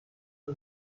فرم